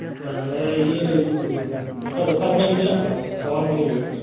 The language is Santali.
ᱛᱟᱦᱚᱞᱮ ᱤᱭᱟᱹ ᱱᱚᱝᱠᱟ ᱫᱚᱨᱠᱟᱨ ᱜᱮ ᱦᱟᱸᱜ ᱞᱤᱧ ᱪᱟᱞᱟᱜ ᱠᱟᱱᱟ ᱥᱟᱢᱟᱱ ᱠᱤᱨᱤᱧ ᱜᱮ